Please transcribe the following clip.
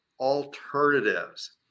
alternatives